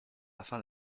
afin